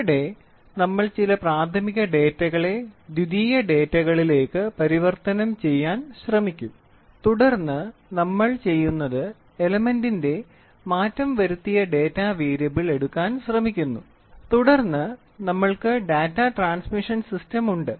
ഇവിടെ നമ്മൾ ചില പ്രാഥമിക ഡാറ്റകളെ ദ്വിതീയ ഡാറ്റകളിലേക്ക് പരിവർത്തനം ചെയ്യാൻ ശ്രമിക്കും തുടർന്ന് നമ്മൾ ചെയ്യുന്നത് എലെമെന്റിന്റെ മാറ്റം വരുത്തിയ ഡാറ്റാ വേരിയബിൾ എടുക്കാൻ ശ്രമിക്കുന്നു തുടർന്ന് ഞങ്ങൾക്ക് ഡാറ്റാ ട്രാൻസ്മിഷൻ സിസ്റ്റം ഉണ്ട്